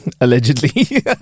allegedly